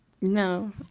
No